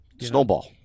snowball